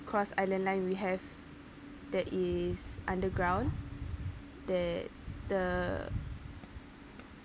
cross island line we have that is underground that the